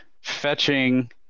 fetching